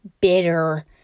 bitter